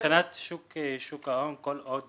אז זהו, מבחינת שוק ההון, כל עוד